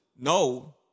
No